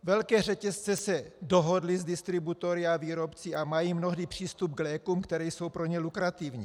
Velké řetězce se dohodly s distributory a výrobci a mají mnohdy přístup k lékům, které jsou pro ně lukrativní.